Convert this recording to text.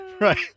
Right